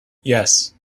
yes